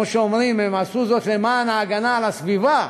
כמו שאומרים, הם עשו זאת למען הגנה על הסביבה,